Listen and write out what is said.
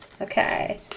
Okay